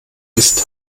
ist